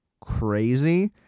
crazy